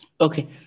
okay